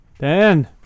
Dan